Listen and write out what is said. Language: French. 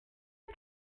eux